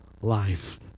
life